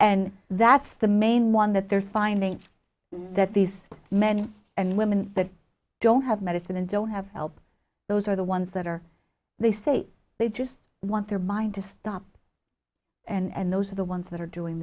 and that's the main one that they're finding that these men and women that don't have medicine and don't have help those are the ones that are they say they just want their mind to stop and those are the ones that are doing